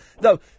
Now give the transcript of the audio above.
No